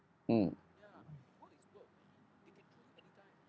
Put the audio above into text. mm